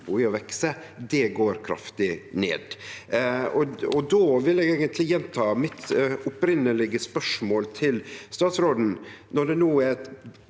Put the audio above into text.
vekst, går kraftig ned. Då vil eg eigentleg gjenta mitt opphavlege spørsmål til statsråden: